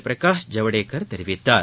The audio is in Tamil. பிரகாஷ் ஜவ்டேகர் தெரிவித்துள்ளார்